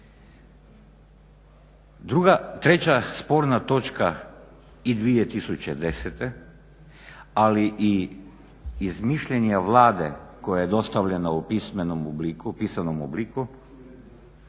Treća sporna točka i 2010. ali i iz mišljenja Vlade koje je dostavljeno u pisanom obliku